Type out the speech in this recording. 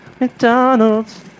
McDonald's